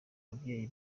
ababyeyi